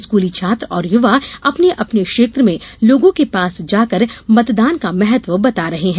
स्कूली छात्र और युवा अपने अपने क्षेत्र में लोगों के पास जाकर मतदान का महत्व बता रहे हैं